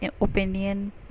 opinion